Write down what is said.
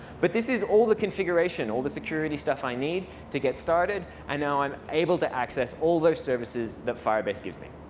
but this is all the configuration, all the security stuff i need to get started. and now i'm able to access all those services that firebase gives me.